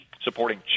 supporting